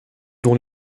dont